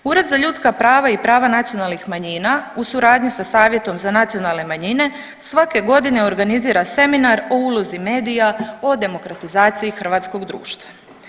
Ured za ljudska prava i prava nacionalnih manjina u suradnji sa Savjetom za nacionalne manjine svake godine organizira seminar o ulozi medija o demokratizaciji hrvatskog društva.